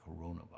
coronavirus